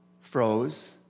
froze